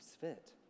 fit